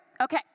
Okay